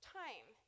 time